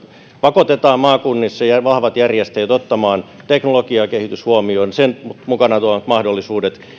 pakotetaan maakunnissa vahvat järjestäjät ottamaan huomioon teknologiakehitys sen mukanaan tuomat mahdollisuudet